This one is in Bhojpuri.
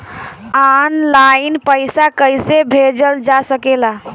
आन लाईन पईसा कईसे भेजल जा सेकला?